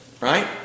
Right